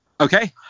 Okay